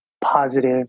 positive